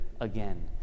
again